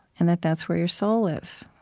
and that that's where your soul is.